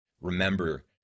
Remember